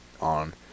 on